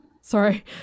Sorry